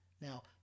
Now